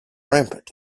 rampant